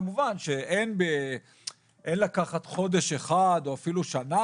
כמובן שאין לקחת חודש אחד או אפילו שנה